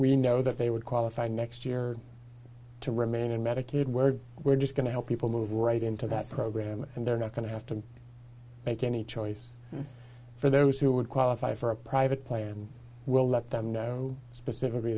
we know that they would qualify next year to remain in medicaid we're we're just going to help people move right into that program and they're not going to have to make any choice for those who would qualify for a private plan will let them know specifically